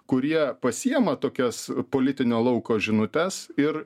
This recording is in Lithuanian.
kurie pasiema tokias politinio lauko žinutes ir